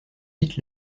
vite